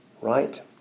Right